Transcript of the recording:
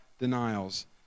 denials